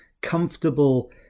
comfortable